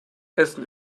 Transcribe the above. essen